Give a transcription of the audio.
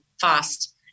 fast